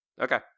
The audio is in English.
Okay